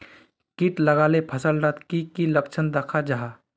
किट लगाले फसल डात की की लक्षण दखा जहा?